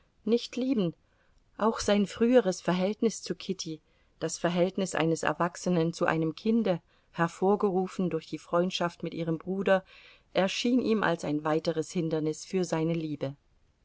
nicht lieben auch sein früheres verhältnis zu kitty das verhältnis eines erwachsenen zu einem kinde hervorgerufen durch die freundschaft mit ihrem bruder erschien ihm als ein weiteres hindernis für seine liebe